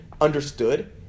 understood